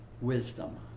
wisdom